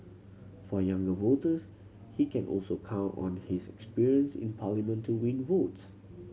for younger voters he can also count on his experience in Parliament to win votes